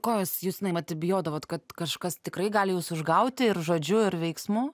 ko jūs justinai vat bijodavot kad kažkas tikrai gali jus užgauti ir žodžiu ir veiksmu